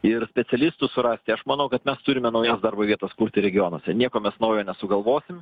ir specialistų surasti aš manau kad mes turime naujas darbo vietas kurti regionuose nieko mes naujo nesugalvosim